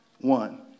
One